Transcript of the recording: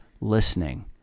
listening